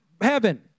heaven